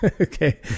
okay